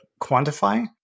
quantify